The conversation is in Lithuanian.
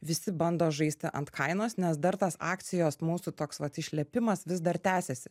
visi bando žaisti ant kainos nes dar tas akcijos mūsų toks vat išlepimas vis dar tęsiasi